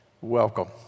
welcome